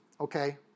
okay